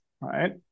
right